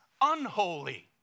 unholy